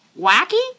wacky